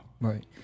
Right